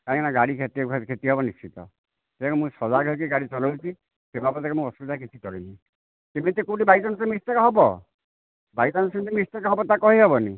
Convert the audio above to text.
କାହିଁକିନା ଗାଡ଼ି କ୍ଷତି ହେବ କ୍ଷତି ହେବ ନିଶ୍ଚିତ ତେଣୁ ମୁଁ ସଜାଗ ହୋଇକି ଗାଡ଼ି ଚଲଉଛି ସେ ବାବଦ ରେ ମୁଁ ଅସୁବିଧା କିଛି କରିନି କିମିତି କେଉଁଠି ବାଇଚାନ୍ସ ମିସ୍ଟେକ ହେବ ବାଇଚାନ୍ସ ଏମିତି ମିସ୍ଟେକ ହେବ ତାହା କହିହବନି